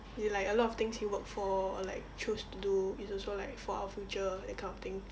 as in like a lot of things he worked for or like choose to do is also like for our future that kind of thing